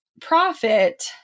profit